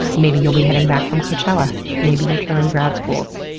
maybe you'll be heading back from coachella. maybe you're touring grad schools.